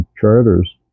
charters